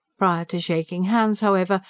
prior to shaking hands, however,